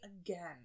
again